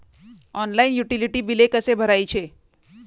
Online utility बिले कसे भरायचे?